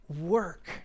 work